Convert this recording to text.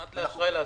עד אשראי לעסקים.